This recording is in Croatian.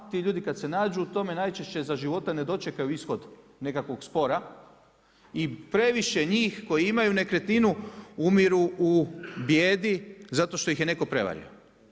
Ti ljudi kad se nađu u tome, najčešće za života ne dočekaju ishod nekakvog spora i previše njih koji imaju nekretninu umiru u bijedi zato što ih je netko prevario.